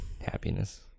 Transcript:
happiness